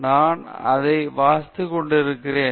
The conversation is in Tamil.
நான் அதை வாசித்துக்கொண்டிருக்கிறேன்